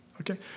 okay